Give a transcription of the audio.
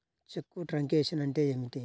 చెక్కు truncation అంటే ఏమిటి?